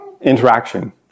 interaction